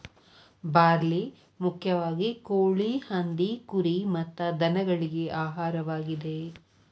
barley ಮುಖ್ಯವಾಗಿ ಕೋಳಿ, ಹಂದಿ, ಕುರಿ ಮತ್ತ ದನಗಳಿಗೆ ಆಹಾರವಾಗಿದೆ